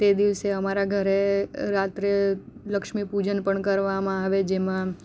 તે દિવસે અમારા ઘરે રાત્રે લક્ષ્મી પૂજન પણ કરવામાં આવે જેમાં